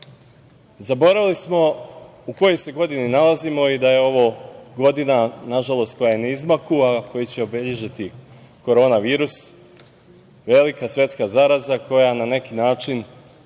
Zaboravili smo u kojoj se godini nalazimo i da je ovo godina, nažalost, koja je na izmaku, a koju će obeležiti korona virus, velika svetska zaraza koja je na neki način,